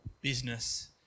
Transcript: business